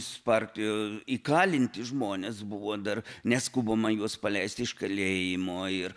su partija įkalinti žmones buvo dar neskubama juos paleisti iš kalėjimo ir